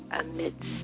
amidst